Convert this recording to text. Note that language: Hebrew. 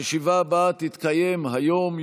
הישיבה הבאה תתקיים היום,